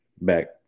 back